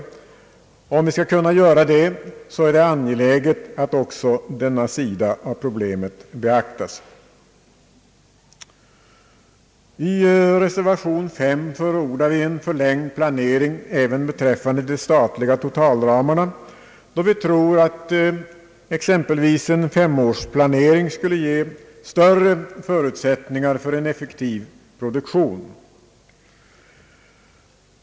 Därför är det angeläget att också denna sida av problemet beaktas. I reservation 5 förordar vi en förlängd planering även beträffande de statliga totalramarna, då vi tror att exempelvis en femårsplanering skulle ge större förutsättningar för en effektiv produktion.